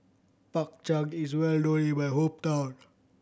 Bak Chang is well known in my hometown